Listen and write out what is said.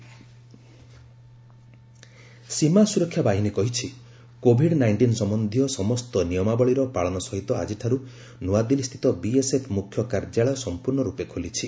BSF function ସୀମା ସୁରକ୍ଷା ବାହିନୀ କହିଛି କୋଭିଡ୍ ନାଇଷ୍ଟିନ୍ ସମ୍ୟନ୍ଧୀୟ ସମସ୍ତ ନିୟମାବଳୀର ପାଳନ ସହିତ ଆକିଠାରୁ ନୂଆଦିଲ୍ଲୀସ୍ଥିତ ବିଏସ୍ଏଫ୍ ମୁଖ୍ୟ କାର୍ଯ୍ୟାଳୟ ସମ୍ପର୍ଶ୍ଣ ରୂପେ ଖୋଲିଛି